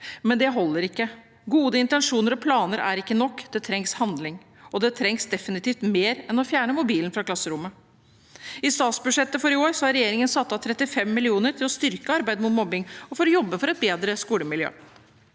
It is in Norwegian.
men det holder ikke. Gode intensjoner og planer er ikke nok, det trengs handling, og det trengs definitivt mer enn å fjerne mobilen fra klasserommet. I statsbudsjettet for i år har regjeringen satt av 35 mill. kr til å styrke arbeidet mot mobbing og for å jobbe for et bedre skolemiljø.